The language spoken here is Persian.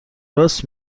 راست